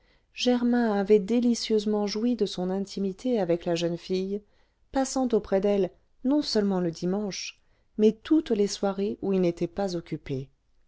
germain avait délicieusement joui de son intimité avec la jeune fille passant auprès d'elle non-seulement le dimanche mais toutes les soirées où il n'était pas occupé